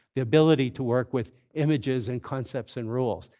the ability to work with images and concepts and rules.